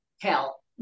hell